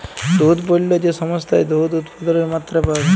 দুহুদ পল্য যে সংস্থায় দুহুদ উৎপাদলের মাত্রা পাউয়া যায়